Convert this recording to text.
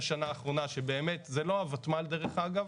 אתם מקבלים עכשיו את הדירה במחיר מוזל, תישארו פה,